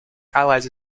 allies